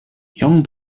young